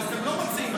אבל אתם לא מציעים.